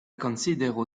konsidero